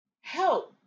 help